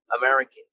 Americans